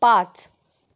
पांच